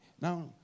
now